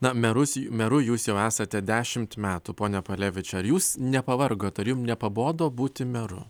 na merus meru jūs jau esate dešimt metų pone palevič ar jūs nepavargot ar jums nepabodo būti meru